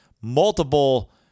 Multiple